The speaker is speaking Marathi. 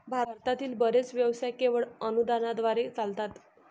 भारतातील बरेच व्यवसाय केवळ अनुदानाद्वारे चालतात